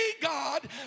God